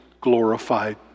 glorified